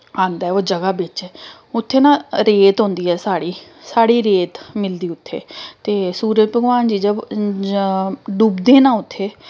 आंदा ऐ ओह् जगह् बिच्च उत्थें न रेत होंदा ऐ साढ़ी साढ़ी रेत मिलदी उत्थें ते सूरज भगवान जी जब डुबदे ना उत्थें